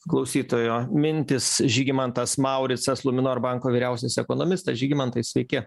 klausytojo mintis žygimantas mauricas luminor banko vyriausias ekonomistas žygimantai sveiki